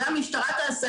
זה המשטרה תעשה,